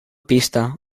pista